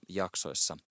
jaksoissa